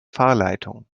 fahrleitung